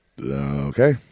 Okay